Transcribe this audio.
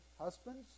husbands